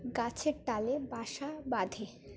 গাছের ডালে বাসা বাঁধে